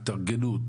התארגנות,